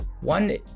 one